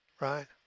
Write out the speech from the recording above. right